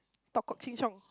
talk cock ching-chong